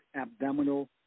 abdominal